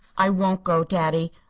i won't go, daddy.